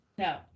No